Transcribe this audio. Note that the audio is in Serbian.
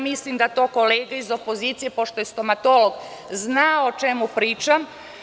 Mislim da kolega iz opozicije, pošto je stomatolog, zna o čemu pričam.